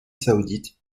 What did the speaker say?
saoudite